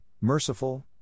merciful